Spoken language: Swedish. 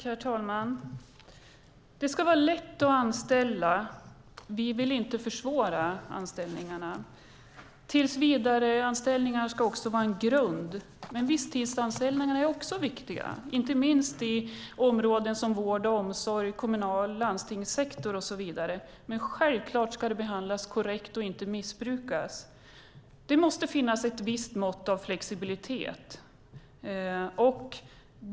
Herr talman! Det ska vara lätt att anställa; vi vill inte försvåra det. Tillsvidareanställningar ska vara en grund. Visstidsanställningarna är också viktiga, inte minst inom områden som vård och omsorg och i kommunal sektor och landstingssektor. Det ska självklart behandlas korrekt och inte missbrukas. Det måste finnas ett visst mått av flexibilitet.